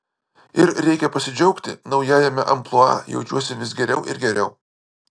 ir reikia pasidžiaugti naujajame amplua jaučiuosi vis geriau ir geriau